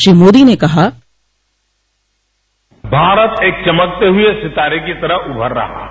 श्री मोदी ने कहा भारत एक चमकते हुए सितारे की तरफ उभर रहा है